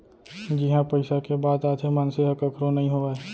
जिहाँ पइसा के बात आथे मनसे ह कखरो नइ होवय